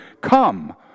come